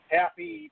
happy